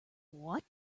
what